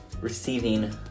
receiving